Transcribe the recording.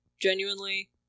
Genuinely